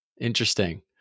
interesting